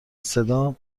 صدا